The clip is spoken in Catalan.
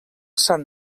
sant